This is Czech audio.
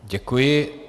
Děkuji.